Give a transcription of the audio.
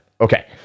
Okay